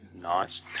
nice